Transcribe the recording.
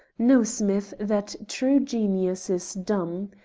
know, smith, that true genius is dumb.